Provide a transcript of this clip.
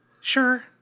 Sure